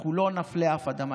אנחנו לא נפלה אף אדם.